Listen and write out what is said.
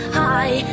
high